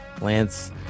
lance